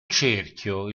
cerchio